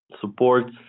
supports